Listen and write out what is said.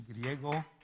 Griego